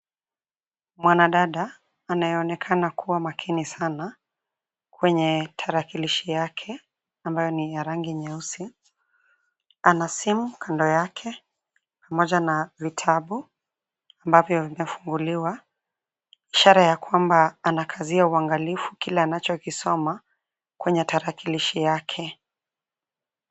Mwanadada anayeonekana kuwa makini sana kwenye tarakilishi yake ambayo ni ya rangi nyeusi. Ana simu kando yake pamoja na vitabu ambavyo vimefunguliwa; ishara ya kwamba anakazia uangalifu kile anachokisoma kwenye tarakilishi yake.